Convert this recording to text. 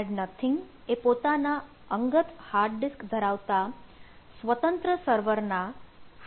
shared nothing એ પોતાના અંગત હાર્ડ ડિસ્ક ધરાવતા સ્વતંત્ર સર્વરના